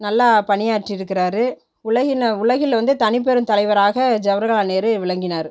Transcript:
நல்லா பணியாற்றி இருக்கிறாரு உலகின் உலகில் வந்து தனி பெரும் தலைவராக ஜவர்ஹலால் நேரு விளங்கினார்